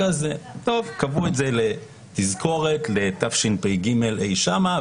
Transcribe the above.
קבעו את זה לתזכורת לתשפ"ג אי שם,